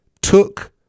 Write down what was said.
took